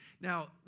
Now